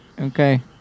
okay